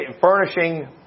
furnishing